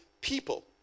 people